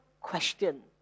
question